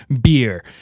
beer